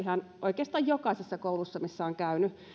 oikeastaan ihan jokaisessa koulussa missä olen käynyt